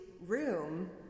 Room